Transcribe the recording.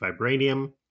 Vibranium